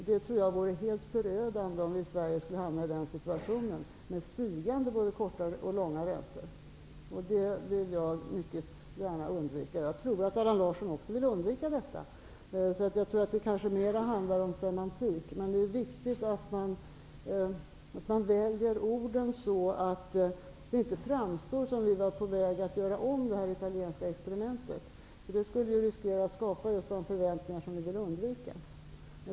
Det skulle vara förödande om vi i Sverige skulle hamna i en situation med stigande både korta och långa räntor. Det vill jag mycket gärna undvika. Det tror jag Allan Larsson också vill undvika. Det kanske mer handlar om semantik här. Det är viktigt att man väljer orden så att det inte framstår som att vi är på väg att göra om det italienska experimentet. Det skulle riskera att skapa sådana förväntningar som vi vill undvika.